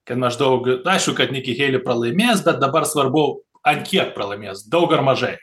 kad maždaug aišku kad niki heili pralaimės bet dabar svarbu ant kiek pralaimės daug ar mažai